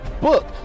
book